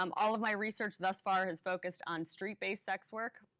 um all of my research thus far has focused on street-based sex work.